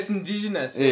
indigenous